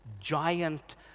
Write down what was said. giant